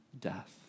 death